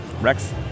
Rex